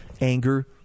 anger